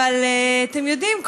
אבל אתם יודעים,